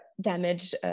damage